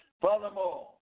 Furthermore